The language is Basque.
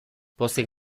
pozik